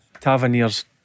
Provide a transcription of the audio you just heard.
Tavernier's